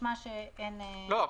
משמעה שאין --- לא.